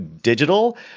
Digital